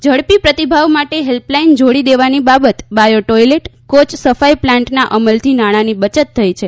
ઝડપી પ્રતિભાવ માટે હેલ્પલાઇન જોડી દેવાની બાબત બાયો ટોઇલેટ કોચ સફાઇ પ્લાન્ટના અમલથી નાણાંની બચત થઇ છે